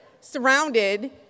surrounded